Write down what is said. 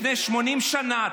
לפני 80 שנה,